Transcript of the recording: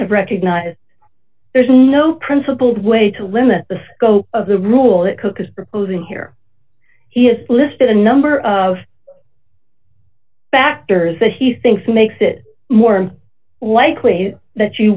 to recognize there's no principled way to limit the scope of the rule that cook is proposing here he is listed a number of factors that he thinks makes it more likely that you